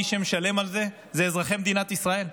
מי שמשלם על זה הם אזרחי מדינת ישראל.